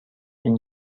این